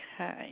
Okay